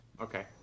okay